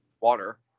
water